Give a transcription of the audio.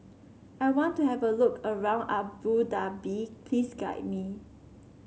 I want to have a look around Abu Dhabi please guide me